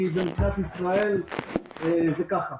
כי במדינת ישראל זה ככה.